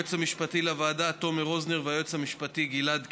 ליועץ המשפטי לוועדה תומר רוזנר וליועץ המשפטי גלעד קרן.